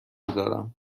دارم